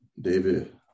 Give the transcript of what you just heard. David